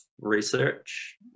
research